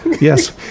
Yes